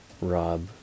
Rob